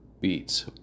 beats